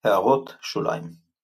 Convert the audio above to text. הערות שוליים ==